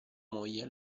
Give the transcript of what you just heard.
moglie